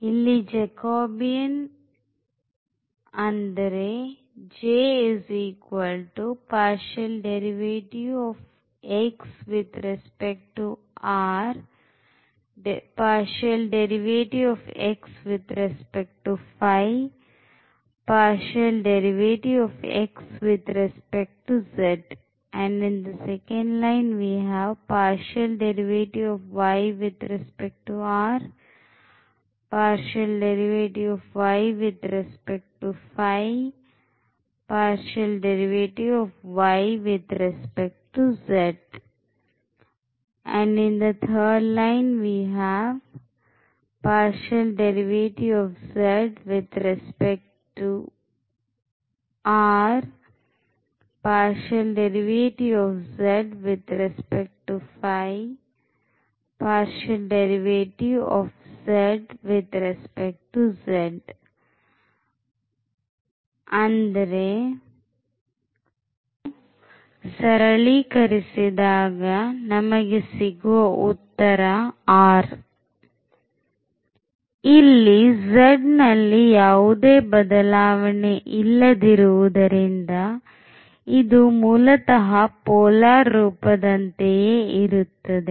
ಇಲ್ಲಿ z ನಲ್ಲಿ ಯಾವುದೇ ಬದಲಾವಣೆ ಇಲ್ಲದಿರುವುದರಿಂದ ಇದು ಮೂಲತಃ ಪೋಲಾರ್ ರೂಪದಂತೆಯೇ ಇರುತ್ತದೆ